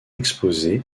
exposée